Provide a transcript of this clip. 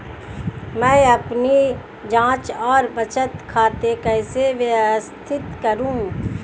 मैं अपनी जांच और बचत खाते कैसे व्यवस्थित करूँ?